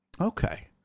Okay